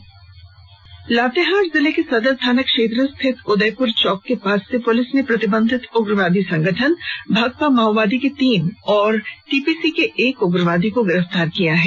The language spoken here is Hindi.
उग्रवादी गिरफ्तार लातेहार जिले के सदर थाना क्षेत्र स्थित उदयपुर चौक के पास से पुलिस ने प्रतिबंधित उग्रवादी संगठन भाकपा माओवादी के तीन और टीपीसी के एक उग्रवादी को गिरफ्तार किया है